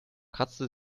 kratzte